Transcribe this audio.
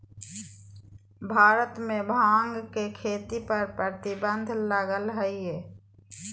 भारत में भांग के खेती पर प्रतिबंध लगल हइ